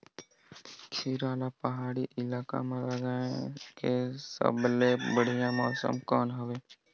खीरा ला पहाड़ी इलाका मां लगाय के सबले बढ़िया मौसम कोन हवे?